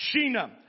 Sheena